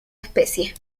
especie